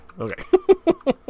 Okay